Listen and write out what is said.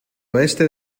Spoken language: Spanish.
oeste